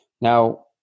Now